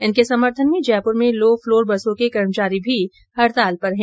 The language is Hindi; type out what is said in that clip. इनके समर्थन में जयपूर में लो फ्लोर बसों के कर्मचारी भी हड़ताल पर है